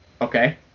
Okay